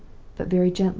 but very gently.